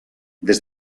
des